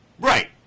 Right